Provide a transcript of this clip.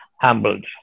humbled